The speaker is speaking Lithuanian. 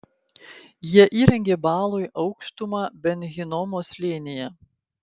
jie įrengė baalui aukštumą ben hinomo slėnyje